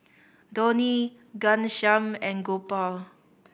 Dhoni Ghanshyam and Gopal